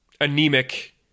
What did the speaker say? anemic